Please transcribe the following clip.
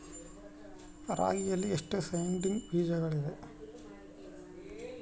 ರಾಗಿಯಲ್ಲಿ ಎಷ್ಟು ಸೇಡಿಂಗ್ ಬೇಜಗಳಿವೆ?